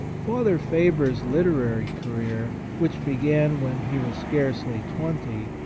father faber's literary career, which began when he was scarcely twenty,